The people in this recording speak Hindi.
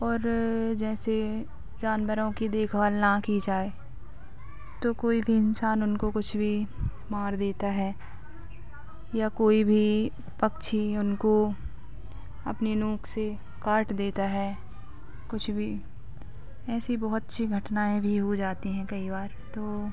और जैसे जानवरों की देखभाल ना की जाए तो कोई भी इंसान उनको कुछ भी मार देता है या कोई भी पक्षी उनको अपनी नोक से काट देता है कुछ भी ऐसी बहुत सी घटनाएँ भी हो जाती हैं कई बार तो